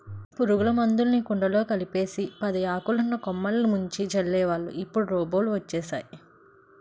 పురుగుల మందులుని కుండలో కలిపేసి పదియాకులున్న కొమ్మలిని ముంచి జల్లేవాళ్ళు ఇప్పుడు రోబోలు వచ్చేసేయ్